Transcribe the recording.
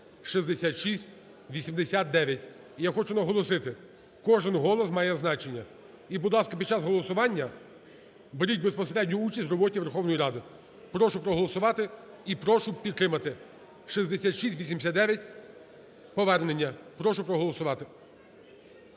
6689. Я хочу наголосити, кожен голос має значення. І, будь ласка, під час голосування беріть безпосередню участь в роботі Верховної Ради. Прошу проголосувати і прошу підтримати, 6689 повернення, прошу проголосувати.